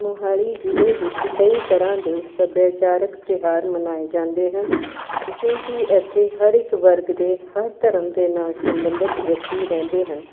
ਮੋਹਾਲੀ ਜ਼ਿਲ੍ਹੇ ਵਿੱਚ ਕਈ ਤਰ੍ਹਾਂ ਦੇ ਸੱਭਿਆਚਾਰਕ ਤਿਉਹਾਰ ਮਨਾਏ ਜਾਂਦੇ ਹਨ ਕਿਉਂਕਿ ਇੱਥੇ ਹਰ ਇੱਕ ਵਰਗ ਦੇ ਹਰ ਧਰਮ ਦੇ ਨਾਲ਼ ਸੰਬੰਧਿਤ ਵਿਅਕਤੀ ਰਹਿੰਦੇ ਹਨ